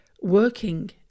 working